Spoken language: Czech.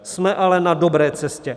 Jsme ale na dobré cestě.